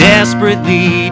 Desperately